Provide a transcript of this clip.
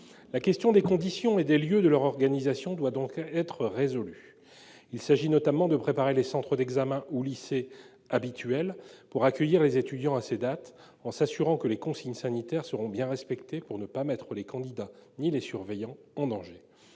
La question des conditions et des lieux de leur organisation doit donc être résolue. Il s'agit notamment de préparer les centres d'examen ou lycées habituels pour accueillir les étudiants à ces dates, en s'assurant que les consignes sanitaires seront bien respectées, pour ne pas mettre les candidats ni les surveillants en danger.